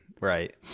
right